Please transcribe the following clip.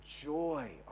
joy